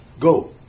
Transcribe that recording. go